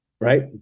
Right